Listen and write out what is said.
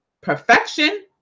perfection